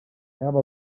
have